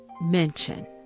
mention